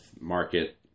market